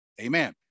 Amen